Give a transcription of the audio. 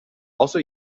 also